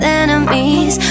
enemies